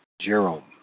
Jerome